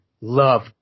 love